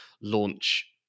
launch